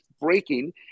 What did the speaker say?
breaking